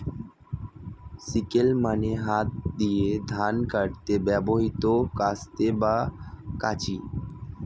sickle মানে হাত দিয়ে ধান কাটতে ব্যবহৃত কাস্তে বা কাঁচি